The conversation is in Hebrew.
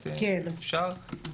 עצמם.